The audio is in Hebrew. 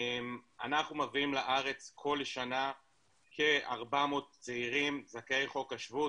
אנחנו מביאים לארץ כל שנה כ-400 צעירים זכאי חוק השבות,